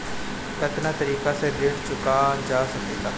कातना तरीके से ऋण चुका जा सेकला?